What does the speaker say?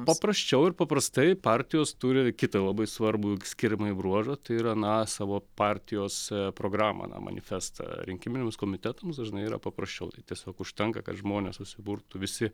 paprasčiau ir paprastai partijos turi ir kitą labai svarbų skiriamąjį bruožą tai yra na savo partijos programą na manifestą rinkiminiams komitetams dažnai yra paprasčiau tiesiog užtenka kad žmonės susiburtų visi